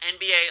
NBA